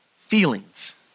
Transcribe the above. feelings